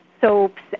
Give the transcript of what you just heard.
soaps